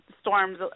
storms